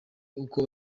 uko